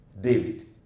David